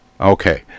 Okay